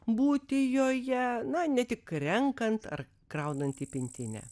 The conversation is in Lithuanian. būti joje na ne tik renkant ar kraunant į pintinę